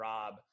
Rob